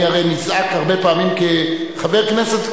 אני הרי נזעק הרבה פעמים כחבר הכנסת,